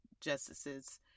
justices